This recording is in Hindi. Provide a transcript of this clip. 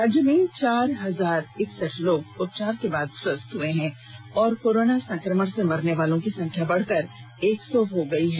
राज्य में चार हजार इकसठ लोग उपचार के बाद स्वस्थ हुए हैं और कोरोना संक्रमण से मरने वालों की संख्या बढ़कर एक सौ हो गई है